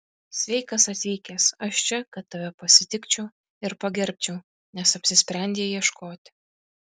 sveikas atvykęs aš čia kad tave pasitikčiau ir pagerbčiau nes apsisprendei ieškoti